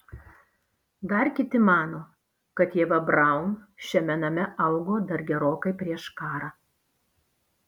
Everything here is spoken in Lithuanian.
dar kiti mano kad ieva braun šiame name augo dar gerokai prieš karą